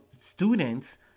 students